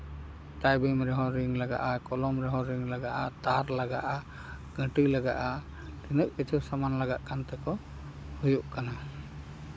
ᱴᱟᱭᱵᱤᱝ ᱨᱮᱦᱚᱸ ᱨᱤᱝ ᱞᱟᱜᱟᱜᱼᱟ ᱠᱚᱞᱚᱢ ᱨᱮᱦᱚᱸ ᱨᱤᱝ ᱞᱟᱜᱟᱜᱼᱟ ᱛᱟᱨ ᱞᱟᱜᱟᱜᱼᱟ ᱜᱷᱟᱹᱴᱤ ᱞᱟᱜᱟᱜᱼᱟ ᱛᱤᱱᱟᱹᱜ ᱠᱤᱪᱷᱩ ᱥᱟᱢᱟᱱ ᱞᱟᱜᱟᱜ ᱠᱟᱱ ᱛᱮᱠᱚ ᱦᱩᱭᱩᱜ ᱠᱟᱱᱟ